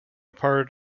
part